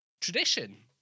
tradition